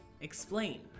explain